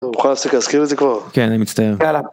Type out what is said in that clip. אתה מוכן להפסיק להזכיר את זה כבר? ‫- כן, אני מצטער.